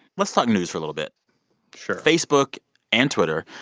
let's talk news for a little bit sure facebook and twitter,